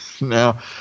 Now